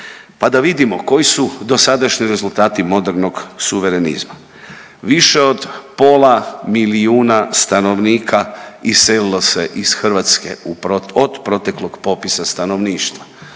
pa da vidimo koji su dosadašnji rezultati modernog suverenizma. Više od pola milijuna stanovnika iselilo se iz Hrvatske od proteklog popisa stanovništva,